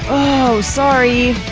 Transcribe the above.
oh, sorry!